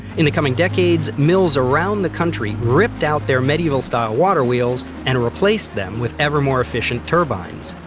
in the coming decades, mills around the country ripped out their medieval-style water wheels and replaced them with ever-more-efficient turbines.